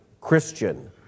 Christian